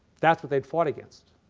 that's what they fought against.